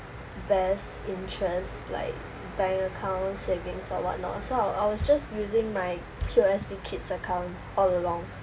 best interest like bank account savings or what not so I was I was just using my P_O_S_B kid's account all along